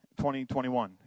2021